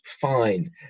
fine